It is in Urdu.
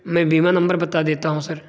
میں بیمہ نمبر بتا دیتا ہوں سر